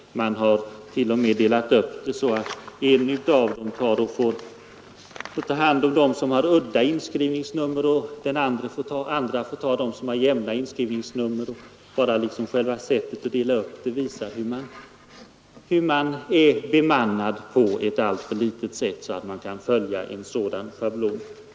Man har t.o.m. delat upp arbetet så att en av assistenterna tar hand om dem som har udda inskrivningsnummer och den andra tar hand om dem som har jämna inskrivningsnummer. Bara det faktum att arbetet ansetts behöva delas upp efter en sådan schablon antyder att personalen är för fåtalig.